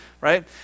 Right